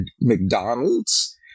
McDonald's